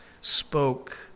spoke